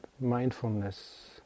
mindfulness